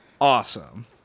awesome